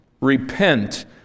Repent